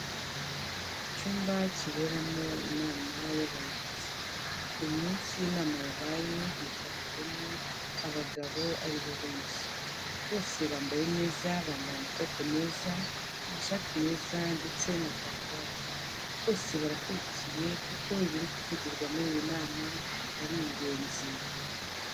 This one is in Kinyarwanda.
Icyumba kiberamo inama y'abayobozi uyu munsi inama yabaye hitabiriyemo abagabo aribo benshi, bose bambaye neza bambaye amakoti meza amashati meza ndetse na karuvati, bose barakurikiye kuko ibiri kuvugirwa muri iyi nama ari ingenzi.